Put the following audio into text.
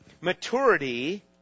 Maturity